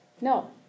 No